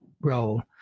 role